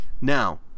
Now